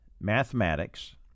mathematics